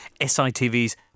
SITV's